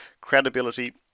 credibility